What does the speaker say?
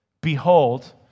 Behold